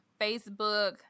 Facebook